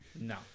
No